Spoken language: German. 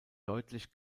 deutlich